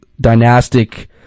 dynastic